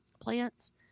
Plants